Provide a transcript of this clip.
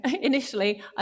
initially